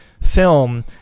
film